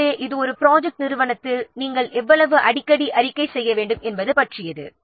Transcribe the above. எனவே இது ஒரு ப்ராஜெக்ட் நிறுவனத்தில் நாம் எவ்வளவு அடிக்கடி அறிக்கை செய்ய வேண்டும் என்பதை பற்றியது